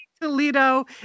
Toledo